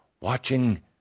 watching